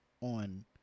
on